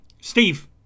Steve